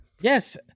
Yes